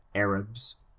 arabs,